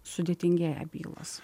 sudėtingėja bylos